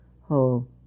whole